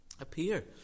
appear